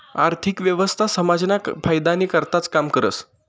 आर्थिक व्यवस्था समाजना फायदानी करताच काम करस